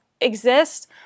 Exist